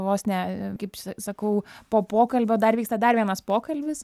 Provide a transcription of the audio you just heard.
vos ne kaip sakau po pokalbio dar vyksta dar vienas pokalbis